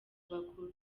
abakuru